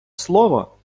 слово